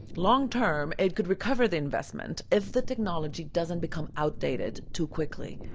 long-term, it could recover the investment if the technology doesn't become outdated too quickly.